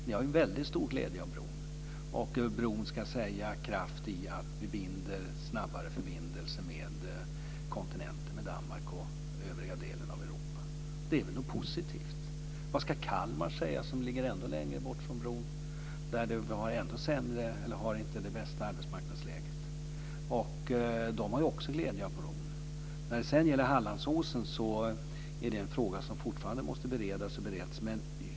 Ni har ju väldigt stor glädje av bron och av kraften i att vi åstadkommer snabbare förbindelser med kontinenten, dvs. med Danmark och övriga delen av Europa. Det är väl någonting som är positivt. Vad ska Kalmar säga - ännu längre bort från bron? Där har de ju inte det bästa arbetsmarknadsläget men de har också glädje av bron. Frågan om Hallandsåsen måste fortfarande beredas, och bereds.